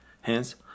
Hence